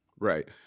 Right